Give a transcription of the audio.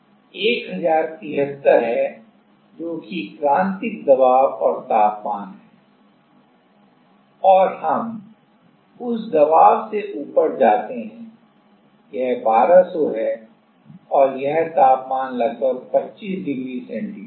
तो ये 1073 हैं जो कि क्रांतिक दबाव और तापमान है और हम उस दबाव से ऊपर जाते हैं यह 1200 है और यह तापमान लगभग 25 डिग्री सेंटीग्रेड है